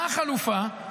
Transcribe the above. מה החלופה?